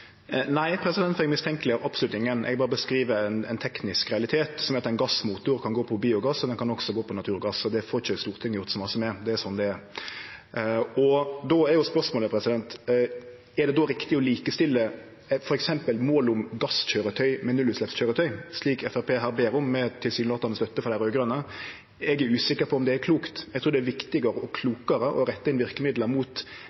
Nei, eg mistenkjeleggjer absolutt ingen. Eg berre beskriv ein teknisk realitet, som at ein gassmotor kan gå på biogass, og den kan også gå på naturgass, og det får ikkje Stortinget gjort så mykje med. Det er sånn det er. Og då er spørsmålet: Er det då riktig å likestille f.eks. målet om gasskøyretøy med nullutsleppskøyretøy, slik Framstegspartiet her ber om, med – tilsynelatande – støtte frå dei raud-grøne? Eg er usikker på om det er klokt. Eg trur det er viktigare og klokare å rette inn verkemidla mot